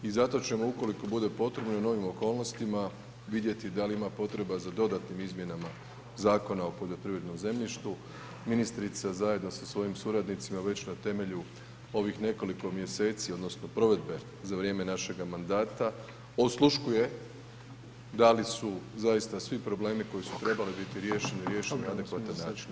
I zato ćemo ukoliko bude potrebno i u novim okolnostima vidjeti da li ima potreba za dodatnim izmjenama Zakona o poljoprivrednom zemljištu, ministrica zajedno sa svojim suradnicima već na temelju ovih nekoliko mjeseci odnosno provedbe za vrijeme našega mandata osluškuje da li su zaista svi problemi koji su trebali biti riješeni, riješeni na adekvatan način.